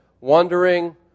wondering